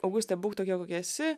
auguste būk tokia kokia esi